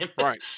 Right